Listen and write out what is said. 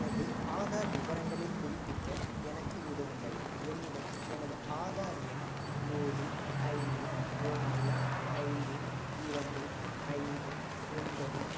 எனது ஆதார் விவரங்களைப் புதுப்பிக்க எனக்கு உதவுங்கள் என்னிடம் எனது ஆதார் எண் ஏழு ஐந்து ஒன்று ஐந்து இரண்டு ஐந்து ஒன்பது